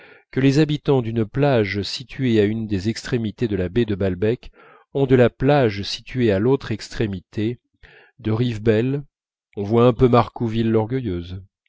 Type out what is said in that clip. que les habitants d'une plage située à une des extrémités de la baie de balbec ont de la plage située à l'autre extrémité de rivebelle on voit un peu marcouville l'orgueilleuse